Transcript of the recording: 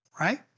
right